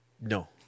No